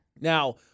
Now